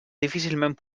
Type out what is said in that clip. difícilment